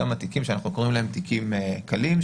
תיקים שאנחנו קוראים להם תיקים קלים,